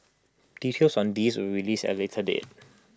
details on this will released at A later date